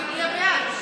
אנחנו נהיה בעד.